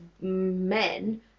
men